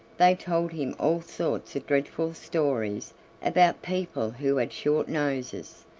they told him all sorts of dreadful stories about people who had short noses.